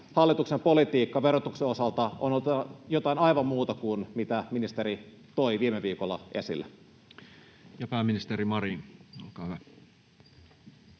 hallituksen politiikka verotuksen osalta on ollut jotain aivan muuta kuin mitä ministeri toi viime viikolla esille. [Speech 164] Speaker: